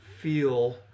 feel